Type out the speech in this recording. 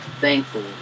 thankful